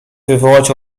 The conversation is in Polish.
wywołać